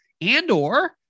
and/or